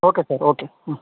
okay sir okay